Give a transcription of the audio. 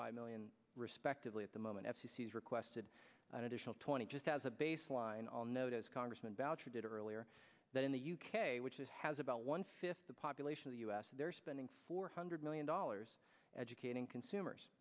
five million respectively at the moment as he's requested an additional twenty just as a baseline all note as congressman boucher did earlier that in the u k which is has about one fifth the population of the u s they're spending four hundred million dollars educating consumers